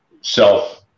self